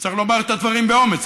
וצריך לומר את הדברים באומץ,